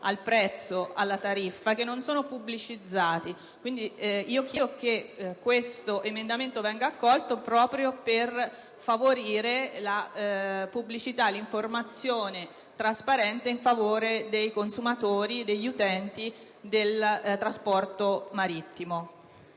al prezzo, alla tariffa, che non sono pubblicizzati. Chiedo pertanto che questo emendamento venga accolto proprio per favorire la pubblicità, l'informazione trasparente in favore dei consumatori e degli utenti del trasporto marittimo.